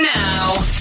now